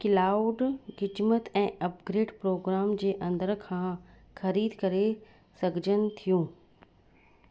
cloud ख़िजमत ऐं upgrade programme जे अंदरि खां ख़रीद करे सघजनि थियूं